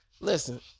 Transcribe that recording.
Listen